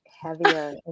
heavier